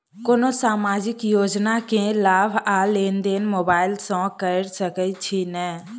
कोनो सामाजिक योजना केँ लाभ आ लेनदेन मोबाइल सँ कैर सकै छिःना?